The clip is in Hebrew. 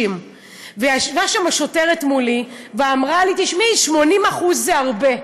ישבה שם שוטרת מולי ואמרה לי: תשמעי, 80% זה הרבה.